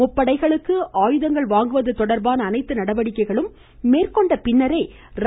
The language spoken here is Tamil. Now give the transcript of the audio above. முப்படைகளுக்கு ஆயுதங்கள் வாங்குவது தொடர்பான அனைத்து நடவடிக்கைகளும் மேற்கொண்ட பின்னரே ர